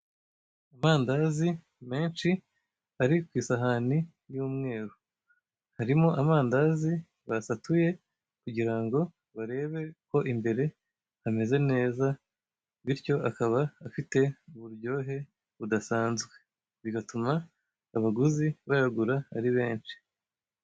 Amandazi menshi ari ku isahane y'umweru, harimo amandazi basatuye kugira ngo barebe ko imbere hameze neza bityo akaba afite uburyohe budasanzwe bigatuma abaguzi bayagura ari benshi.